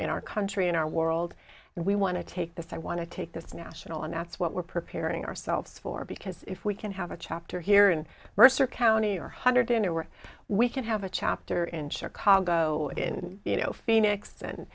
in our country and our world and we want to take this i want to take this national and that's what we're preparing ourselves for because if we can have a chapter here and mercer county or hundred in there were we can have a chapter in chicago and you know phoenix than